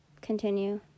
Continue